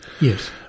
Yes